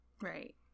right